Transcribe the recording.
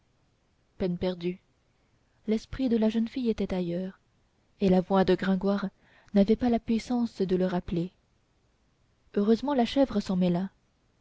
peine perdue l'esprit de la jeune fille était ailleurs et la voix de gringoire n'avait pas la puissance de le rappeler heureusement la chèvre s'en mêla